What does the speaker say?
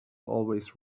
always